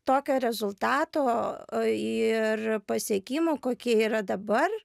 tokio rezultato ir pasiekimo kokie yra dabar